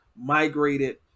migrated